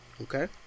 Okay